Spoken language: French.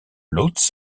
łódź